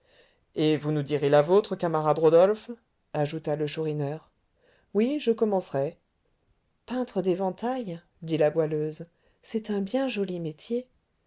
et vous nous direz la vôtre camarade rodolphe ajouta le chourineur oui je commencerai peintre d'éventails dit la goualeuse c'est un bien joli métier